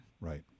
Right